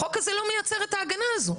החוק הזה לא מייצר את ההגנה הזאת.